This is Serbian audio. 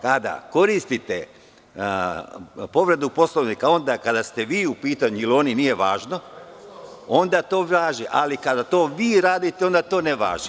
Kada koristite povredu Poslovnika, onda kada ste vi u pitanju ili oni, nije važno, onda to važi, ali kada vi to radite, onda ne važi.